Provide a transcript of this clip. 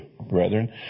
brethren